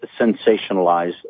sensationalized